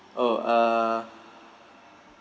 oh uh